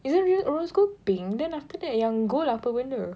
isn't it rose gold pink then after that yang gold apa benda